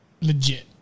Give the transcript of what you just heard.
Legit